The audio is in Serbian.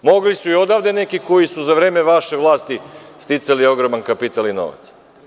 Mogli su i odavde neki koji su za vreme vaše vlasti sticali ogroman kapital i novac.